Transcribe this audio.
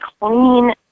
clean